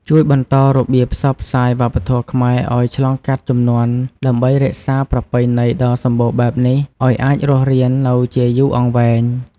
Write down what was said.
ជួយបន្តរបៀបផ្សព្វផ្សាយវប្បធម៌ខ្មែរឲ្យឆ្លងកាត់ជំនាន់ ដើម្បីរក្សាប្រពៃណីដ៏សម្បូរបែបនេះឲ្យអាចរស់រាននៅជាយូរអង្វែង។